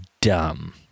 dumb